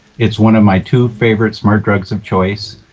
it's one of my two favorite smart drugs of choice.